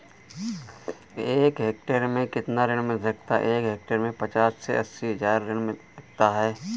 एक हेक्टेयर में कितना ऋण मिल सकता है?